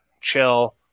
chill